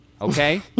Okay